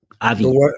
Avi